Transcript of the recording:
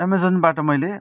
एमाजनबाट मैले